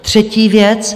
Třetí věc.